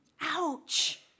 Ouch